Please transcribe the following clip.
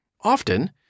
Often